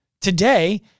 Today